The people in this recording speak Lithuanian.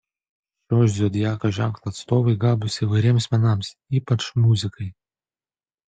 šio zodiako ženklo atstovai gabūs įvairiems menams ypač muzikai